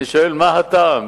אני שואל: מה הטעם?